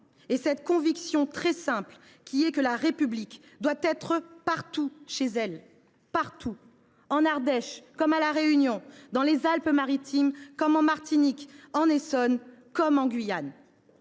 une conviction très simple : la République doit être partout chez elle, en Ardèche comme à La Réunion, dans les Alpes Maritimes comme en Martinique, en Essonne comme en Guyane.